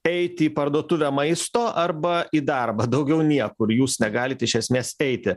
eiti į parduotuvę maisto arba į darbą daugiau niekur jūs negalit iš esmės eiti